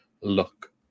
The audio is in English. look